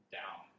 down